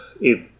it-